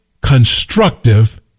constructive